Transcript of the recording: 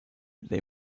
they